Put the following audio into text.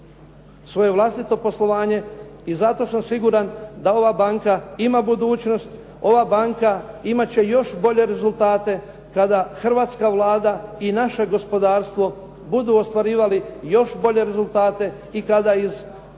svoje vlastito poslovanje i zato sam siguran da ova banka ima budućnost, ova banka imat će još bole rezultate kada hrvatska Vlada i naše gospodarstvo budu ostvarivali još bolje rezultate i kada iz